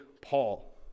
Paul